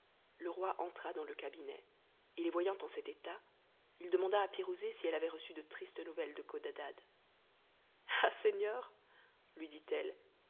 le roi entra dans le cabinet et les voyant en cet état il demanda à pirouzé si elle avait reçu de tristes nouvelles de codadad ah seigneur lai dit-elle